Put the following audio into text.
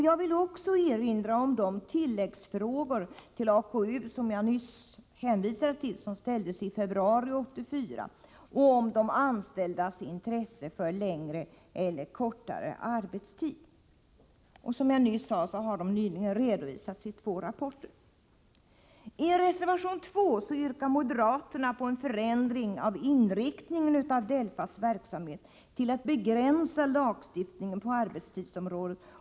Jag vill också erinra om de tilläggsfrågor till AKU som jag nyss hänvisade till och som ställdes i februari 1984 om de anställdas intresse för längre eller kortare arbetstid. Som jag sade har detta arbete nyligen redovisats i två rapporter. I reservation 2 yrkar moderaterna på en förändring av inriktningen av DELFA:s verksamhet till att begränsa lagstiftningen på arbetstidsområdet.